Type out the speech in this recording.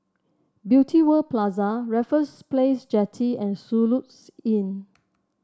Beauty World Plaza Raffles Place Jetty and Soluxe Inn